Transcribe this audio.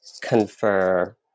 confer